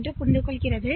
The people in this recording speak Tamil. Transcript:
எனவே இது 02